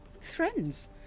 friends